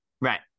Right